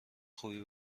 خوبی